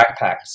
backpacks